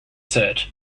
said